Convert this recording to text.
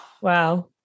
Wow